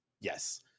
yes